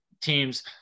teams